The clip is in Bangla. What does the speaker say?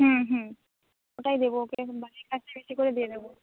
হুম হুম ওটাই দেবো ওকে বাড়ির কাজটাই বেশি করে দিয়ে দেবো